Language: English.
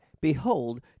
Behold